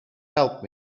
helped